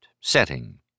setting